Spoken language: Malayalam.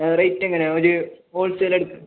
ആ റേറ്റ് എങ്ങനെ ഒരു ഹോൾ സെയിൽ എടുക്ക്